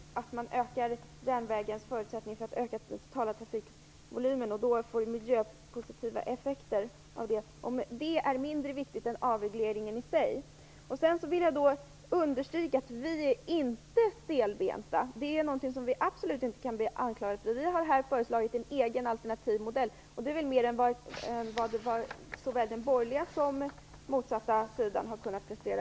Är det mindre viktigt att ge järnvägen förutsättningar för att öka den totala trafikvolymen så att man får miljöpositiva effekter än att avreglera? Jag vill understryka att vi inte är stelbenta. Det kan vi absolut inte bli anklagade för. Vi har här föreslagit en egen alternativ modell, och det är mer än vad både den borgerliga och den motsatta sidan har kunnat prestera.